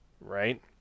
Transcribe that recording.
right